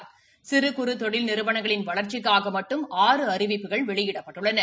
் சிறு குறு தொழில் நிறுவனங்களின் வளா்ச்சிக்காக மட்டும் ஆறு அறிவிப்புகள் வெளியிடப்பட்டுள்ளன